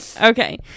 Okay